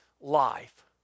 life